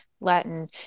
Latin